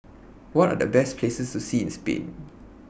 What Are The Best Places to See in Spain